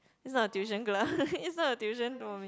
it's not a tuition class it's not a tuition for me